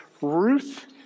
Ruth